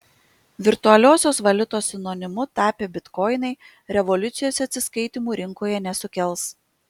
virtualiosios valiutos sinonimu tapę bitkoinai revoliucijos atsiskaitymų rinkoje nesukels